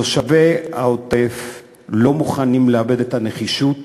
תושבי העוטף לא מוכנים לאבד את הנחישות,